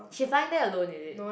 she flying there alone is it